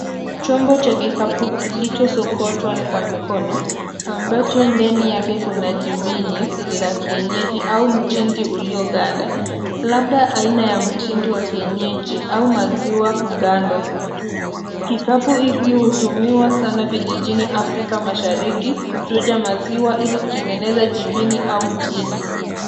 Chombo cha kikapu kilichosokotwa kwa mikono, ambacho ndani yake kuna jibini la kienyeji au mtindi ulioganda, labda aina ya mtindi wa kienyeji au maziwa mgando. Kikapu hiki hutumiwa sana vijijini Afrika mashariki kuchuja maziwa ili kutengeneza jibini au mtindi.